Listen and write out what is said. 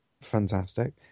Fantastic